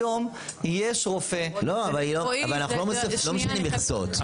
היום יש רופא --- אבל אנחנו לא משנים מכסות.